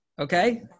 Okay